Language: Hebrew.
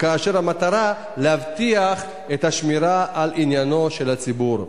כאשר המטרה היא להבטיח את השמירה על עניינו של הציבור.